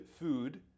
food